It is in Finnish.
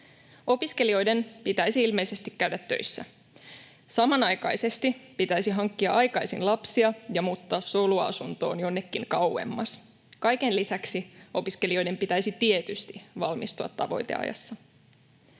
Opiskelijoiden pitäisi ilmeisesti käydä töissä. Samanaikaisesti pitäisi hankkia aikaisin lapsia ja muuttaa soluasuntoon jonnekin kauemmas. Kaiken lisäksi opiskelijoiden pitäisi tietysti valmistua tavoiteajassa.